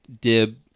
dib